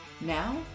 Now